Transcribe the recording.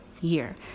year